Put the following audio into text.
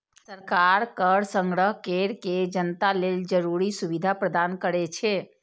सरकार कर संग्रह कैर के जनता लेल जरूरी सुविधा प्रदान करै छै